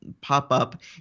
pop-up